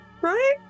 Right